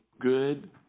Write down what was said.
good